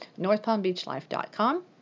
NorthPalmBeachLife.com